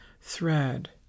thread